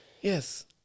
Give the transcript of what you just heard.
Yes